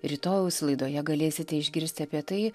rytojaus laidoje galėsite išgirsti apie tai